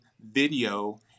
video